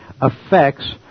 affects